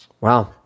Wow